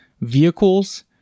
vehicles